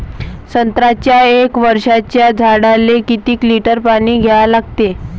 संत्र्याच्या एक वर्षाच्या झाडाले किती लिटर पाणी द्या लागते?